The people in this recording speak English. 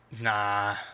nah